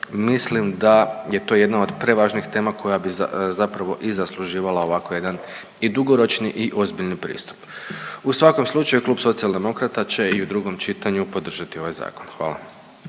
mislim da je to jedna od prevažnih tema koja bi zapravo i zasluživala ovako jedan i dugoročni i ozbiljni pristup. U svakom slučaju Klub Socijaldemokrata će i u drugom čitanju podržati ovaj zakon. Hvala.